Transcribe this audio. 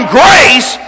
grace